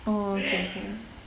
orh okay okay